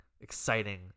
exciting